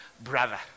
brother